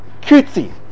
cutesy